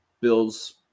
Bill's